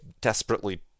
desperately